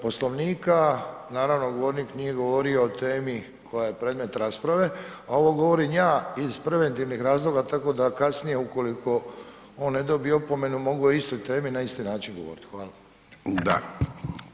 Poslovnika, naravno, govornik nije govorio o temi koja je predmet rasprave a ovo govorim ja iz preventivnih razloga tako da kasnije ukoliko on ne dobije opomenu, mogu o istoj temi na isti način govoriti, hvala.